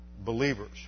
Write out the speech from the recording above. believers